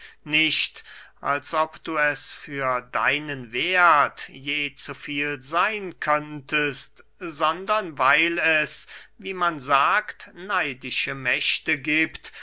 nicht als ob du es für deinen werth je zu viel seyn könntest sondern weil es wie man sagt neidische mächte giebt